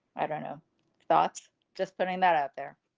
i don't know thoughts just putting that out there.